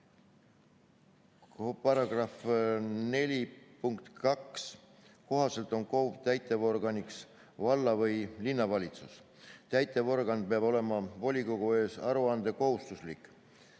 4 punkti 2 kohaselt on KOV-i täitevorganiks valla- või linnavalitsus. Täitevorgan peab olema volikogu ees aruandekohustuslik